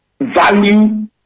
value